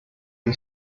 the